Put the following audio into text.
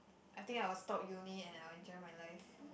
I think I will stop Uni and I will enjoy my life